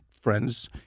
friends